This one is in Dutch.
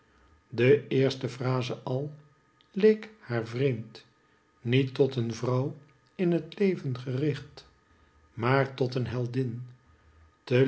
de eerste fraze al leek haar vreemd niet tot een vrouw in het leven gericht maar tot een heldin te